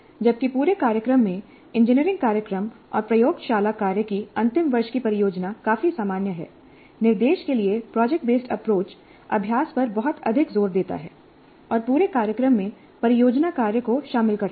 जबकि पूरे कार्यक्रम में इंजीनियरिंग कार्यक्रम और प्रयोगशाला कार्य की अंतिम वर्ष की परियोजना काफी सामान्य है निर्देश के लिए प्रोजेक्ट बेस्ड अप्रोच अभ्यास पर बहुत अधिक जोर देता है और पूरे कार्यक्रम में परियोजना कार्य को शामिल करता है